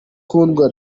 kundwa